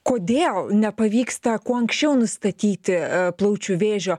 kodėl nepavyksta kuo anksčiau nustatyti plaučių vėžio